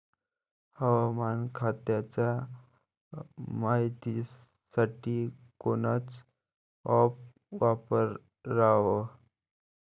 हवामान खात्याच्या मायतीसाठी कोनचं ॲप वापराव?